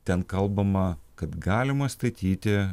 ten kalbama kad galima statyti